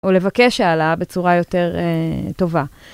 או לבקש אעלה בצורה יותר טובה.